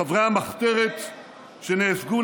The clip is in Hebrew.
חברי המחתרת שנאבקו